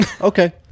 Okay